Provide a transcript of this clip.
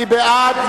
מי בעד?